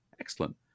Excellent